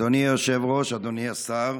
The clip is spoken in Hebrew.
אדוני היושב-ראש, אדוני השר,